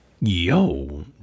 Yo